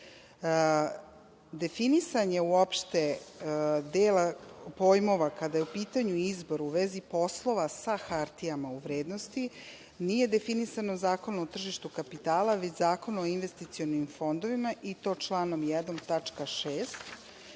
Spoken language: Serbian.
uopšte dela pojmova kada je u pitanju izbor u vezi poslova sa hartijama od vrednosti, nije definisano Zakonom o tržištu kapitala, već Zakonom o investicionim fondovima i to članom 1.